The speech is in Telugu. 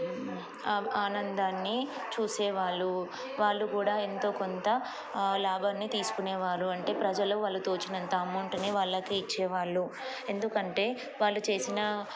ఆనందాన్ని చూసేవాళ్ళు వాళ్ళు కూడా ఎంతో కొంత లాభాన్ని తీసుకునేవారు అంటే ప్రజలు వాళ్ళు తోచినంత అమౌంట్ని వాళ్ళకి ఇచ్చేవాళ్ళు ఎందుకంటే వాళ్ళు చేసిన